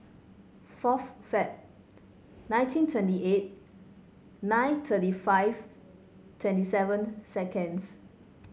fourth Feb nineteen twenty eight nine thirty five twenty seven seconds